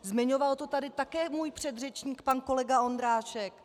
Zmiňoval to tady také můj předřečník pan kolega Ondráček.